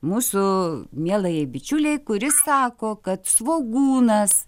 mūsų mielajai bičiulei kuri sako kad svogūnas